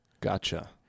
Gotcha